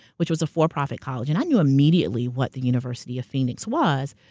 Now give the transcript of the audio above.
which was a for-profit college. and i knew immediately what the university of phoenix was,